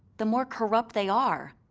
the more corrupt they are.